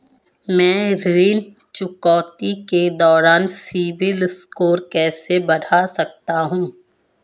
मैं ऋण चुकौती के दौरान सिबिल स्कोर कैसे बढ़ा सकता हूं?